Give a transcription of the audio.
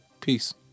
Peace